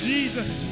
Jesus